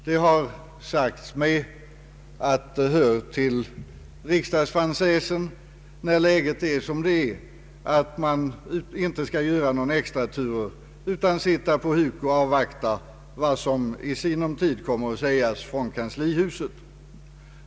Det har sagts mig att det hör till riksdagsfransäsen att när nu läget är som det är bör man inte göra några extraturer, utan nöja sig med att sitta på huk och avvakta vad som i sinom tid kommer att sägas från kanslihuset.